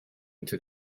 into